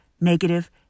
negative